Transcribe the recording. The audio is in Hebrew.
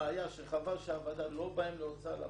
הבעיה שחבל שהוועדה לא באה להוצאה לפועל,